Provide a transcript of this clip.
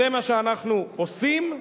זה מה שאנחנו עושים,